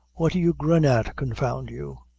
what do you grin at, confound you?